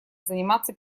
заниматься